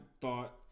thought